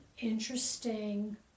interesting